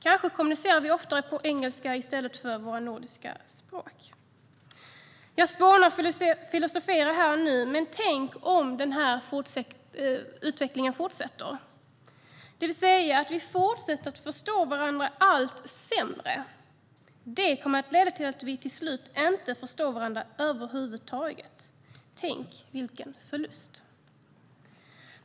Kanske kommunicerar vi oftare på engelska i stället för på våra nordiska språk. Jag spånar och filosoferar här nu, men tänk om den här utvecklingen fortsätter och vi fortsätter att förstå varandra allt sämre. Det kommer att leda till att vi till slut inte förstår varandra över huvud taget. Tänk vilken förlust.